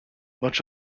much